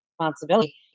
responsibility